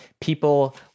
people